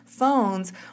phones